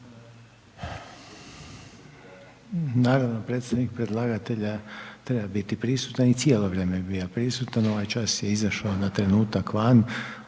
Naravno, predstavnik predlagatelja treba biti prisutan i cijelo vrijeme je bio prisutan, ovaj čas je izašao na trenutak van,